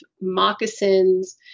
moccasins